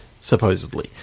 Supposedly